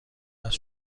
است